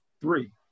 three